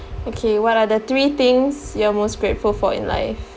okay what are the three things you are most grateful for in life